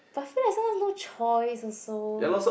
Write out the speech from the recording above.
but still I saw no choice also